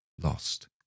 lost